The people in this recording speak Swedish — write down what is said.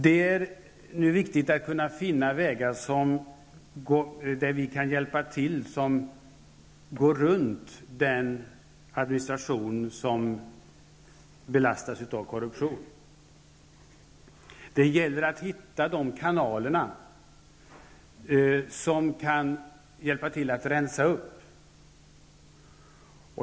Det är nu viktigt att vi kan finna vägar för att hjälpa till, genom att gå runt den administration som belastas av korruption. Det gäller att hitta de kanaler där vi kan hjälpa till att rensa upp.